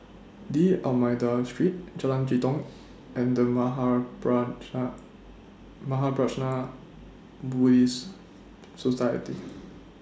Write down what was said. D'almeida Street Jalan Jitong and The Mahaprajna Buddhist Society